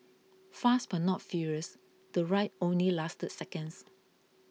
fast but not furious the ride only lasted seconds